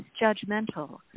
judgmental